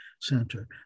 center